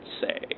say